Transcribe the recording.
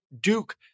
Duke